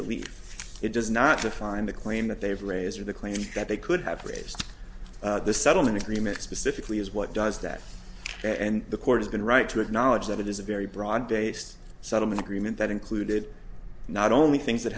relief it does not define the claim that they have raise or the claim that they could have phrased the settlement agreement specifically is what does that and the court has been right to acknowledge that it is a very broad based settlement agreement that included not only things that